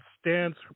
stands